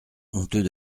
honteux